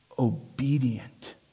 Obedient